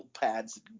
pads